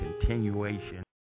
continuation